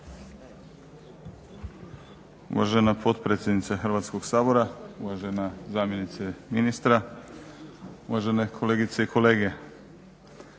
Uvažena potpredsjednice Hrvatskog sabora, uvažena zamjenice ministra, uvažene kolegice i kolege.